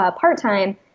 part-time